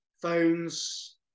Phones